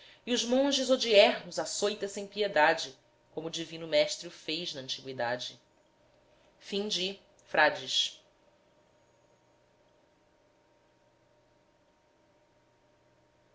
os monges hodiernos açoita sem piedade como o divino mestre o fez na antiguidade jesuítas e frades que o